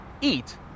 eat